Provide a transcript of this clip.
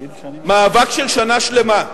מאבק של שנה שלמה.